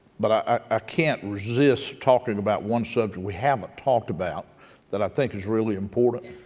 but i ah can't resist talking about one subject we haven't talked about that i think is really important.